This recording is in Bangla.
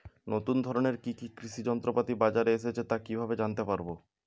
নতুন ধরনের কি কি কৃষি যন্ত্রপাতি বাজারে এসেছে তা কিভাবে জানতেপারব?